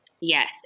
Yes